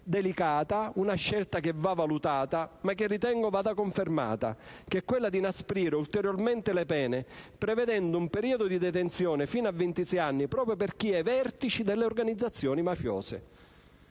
delicata, che deve essere valutata, ma che ritengo debba essere confermata: quella di inasprire ulteriormente le pene, prevedendo un periodo di detenzione fino a ventisei anni proprio per chi è ai vertici delle organizzazioni mafiose.